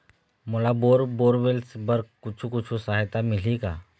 मोला bore borewells बर कुछू कछु सहायता मिलही का?